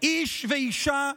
איש ואישה,